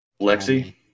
Lexi